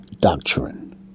doctrine